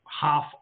half